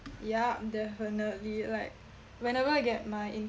ya definitely like whenever I get my income